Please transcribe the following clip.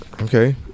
Okay